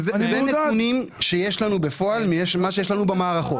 אלה הנתונים שיש לנו בפועל ממה שיש לנו במערכות,